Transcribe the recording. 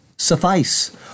Suffice